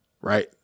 right